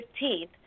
15th